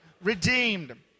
redeemed